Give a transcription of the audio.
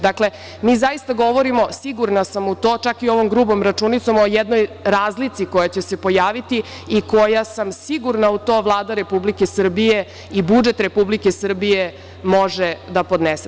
Dakle, mi zaista govorimo, sigurna sam u to, čak i ovom grubom računicom, o jednoj razlici koja će se pojaviti i koja, sigurna sam u to, Vlada Republike Srbije i budžet Republike Srbije može da podnese.